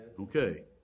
Okay